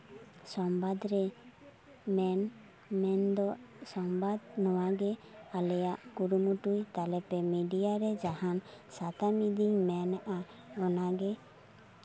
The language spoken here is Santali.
ᱥᱚᱢᱵᱟᱫ ᱨᱮ ᱢᱮᱱ ᱢᱮᱱ ᱫᱚ ᱥᱚᱢᱵᱟᱫ ᱱᱚᱣᱟ ᱜᱮ ᱟᱞᱮᱭᱟᱜ ᱠᱩᱨᱩᱢᱩᱴᱩᱭ ᱛᱟᱞᱮ ᱯᱮ ᱢᱤᱰᱤᱭᱟ ᱨᱮ ᱡᱟᱦᱟᱸᱱ ᱥᱟᱛᱟᱢ ᱤᱫᱤᱧ ᱢᱮᱱ ᱮᱫᱼᱟ ᱚᱱᱟᱜᱮ